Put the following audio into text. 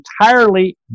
entirely